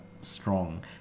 strong